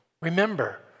Remember